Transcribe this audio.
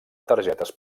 targetes